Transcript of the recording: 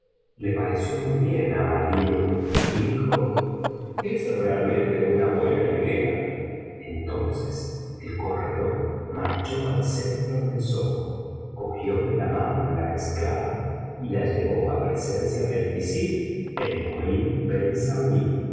le pareció muy bien á alínur y dijo es realmente una buena idea entonces el corredor marchó al centro del zoco cogió de la mano á la esclava y la llevó á presencia del visir el mohín